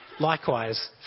Likewise